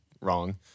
wrong